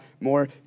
more